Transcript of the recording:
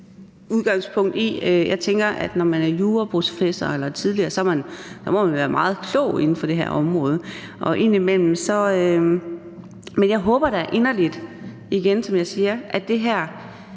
jeg tænker, at når man er tidligere juraprofessor, må man være meget klog inden for det her område. Men jeg håber da inderligt – igen,